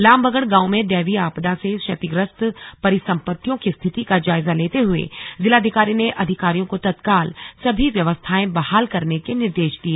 लामबगड़ गांव में दैवीय आपदा से क्षतिग्रस्त परिसंपत्तियों की स्थिति का जायजा लेते हुए जिलाधिकारी ने अधिकारियों को तत्काल सभी व्यवस्थाएं बहाल करने के निर्देश दिए